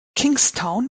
kingstown